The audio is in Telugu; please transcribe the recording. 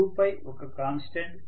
2π ఒక కాన్స్టెంట్